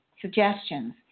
suggestions